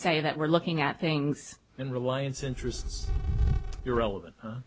say that we're looking at things in reliance interests